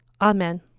Amen